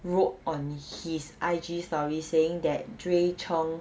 wrote on his I_G story saying that drea chong